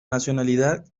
nacionalidad